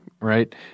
Right